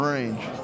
Range